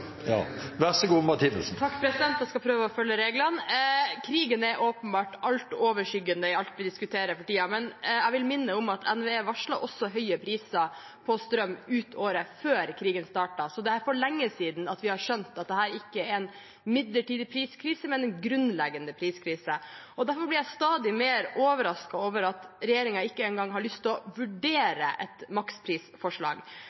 President, jeg skal prøve å følge reglene. Krigen er åpenbart altoverskyggende i alt vi diskuterer for tiden, men jeg vil minne om at NVE varslet høye priser på strøm ut året også før krigen startet, så det var for lenge siden vi skjønte at dette ikke er en midlertidig priskrise, men en grunnleggende priskrise. Derfor blir jeg stadig mer overrasket over at regjeringen ikke engang har lyst til å